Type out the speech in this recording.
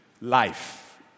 life